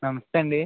నమస్తే అండి